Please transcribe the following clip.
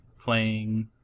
playing